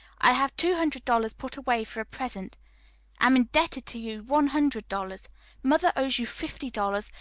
i have two hundred dollars put away for a present am indebted to you one hundred dollars mother owes you fifty dollars,